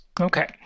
Okay